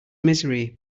misery